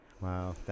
Wow